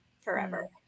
forever